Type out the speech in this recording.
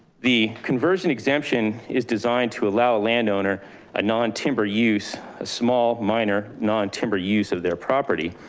the conversion exemption is designed to allow a landowner a non-timber use, a small, minor non-timber use of their property.